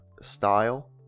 style